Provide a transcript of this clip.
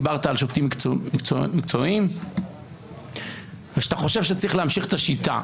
דיברת על שופטים מקצועיים ושאתה חושב שצריך להמשיך את השיטה.